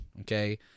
Okay